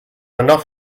enough